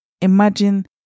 Imagine